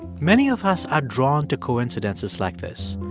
many of us are drawn to coincidences like this.